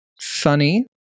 funny